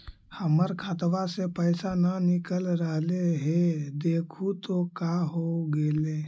हमर खतवा से पैसा न निकल रहले हे देखु तो का होगेले?